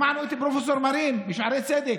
שמענו את פרופ' מרין משערי צדק.